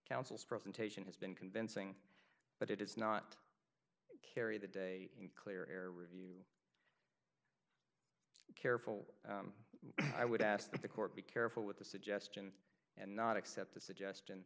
counsel's presentation has been convincing but it does not carry the day in clear air review careful i would ask that the court be careful with the suggestion and not accept the suggestion